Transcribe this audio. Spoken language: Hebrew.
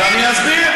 אז אני אסביר.